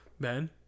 Ben